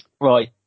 Right